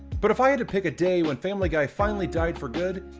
but if i had to pick a day, when family guy finally died for good,